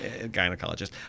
gynecologist